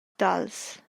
tals